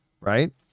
right